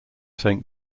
saint